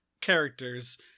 characters